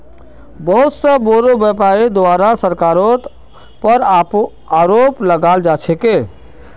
बहुत स बोरो व्यापीरीर द्वारे सरकारेर पर आरोप लगाल जा छेक